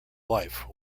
life